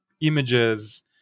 images